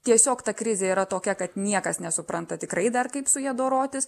tiesiog ta krizė yra tokia kad niekas nesupranta tikrai dar kaip su ja dorotis